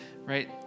right